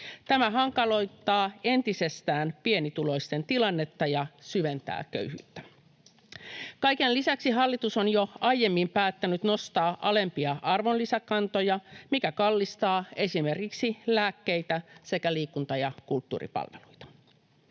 Tämä hankaloittaa entisestään pienituloisten tilannetta ja syventää köyhyyttä. Kaiken lisäksi hallitus on jo aiemmin päättänyt nostaa alempia arvonlisäkantoja, mikä kallistaa esimerkiksi lääkkeitä sekä liikunta‑ ja kulttuuripalveluita.